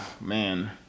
man